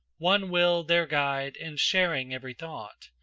one will their guide and sharing every thought,